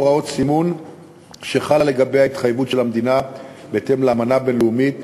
בהוראת סימון שחלה על התחייבות המדינה בהתאם לאמנה בין-לאומית,